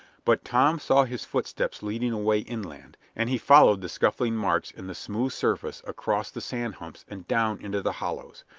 but tom saw his footsteps leading away inland, and he followed the scuffling marks in the smooth surface across the sand humps and down into the hollows,